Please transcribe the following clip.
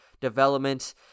development